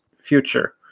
future